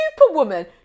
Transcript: superwoman